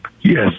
Yes